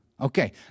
Okay